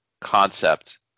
concept